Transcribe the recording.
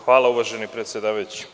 Hvala, uvaženi predsedavajući.